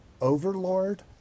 Overlord